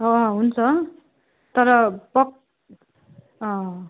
अँ हुन्छ तर पक् अँ